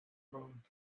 road